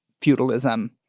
feudalism